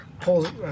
Pulls